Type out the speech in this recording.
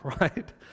right